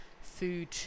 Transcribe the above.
food